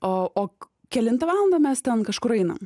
o ok kelintą valandą mes ten kažkur einam